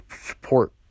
support